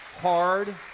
hard